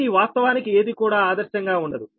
కానీ వాస్తవానికి ఏది కూడా ఆదర్శంగా ఉండదు